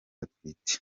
atwite